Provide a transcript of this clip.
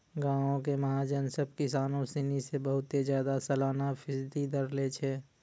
गांवो के महाजन सभ किसानो सिनी से बहुते ज्यादा सलाना फीसदी दर लै छै